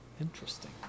Interesting